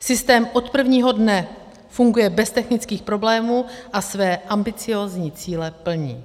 Systém od prvního dne funguje bez technických problémů a své ambiciózní cíle plní.